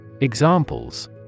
Examples